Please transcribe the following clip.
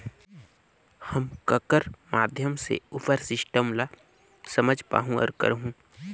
हम ककर माध्यम से उपर सिस्टम ला समझ पाहुं और करहूं?